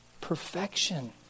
perfection